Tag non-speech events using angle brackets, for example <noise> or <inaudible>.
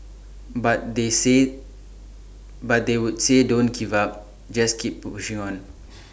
but they say but they would say don't give up just keep pushing on <noise>